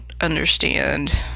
understand